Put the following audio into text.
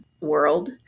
world